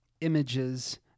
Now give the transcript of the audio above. images